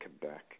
Quebec